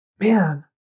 man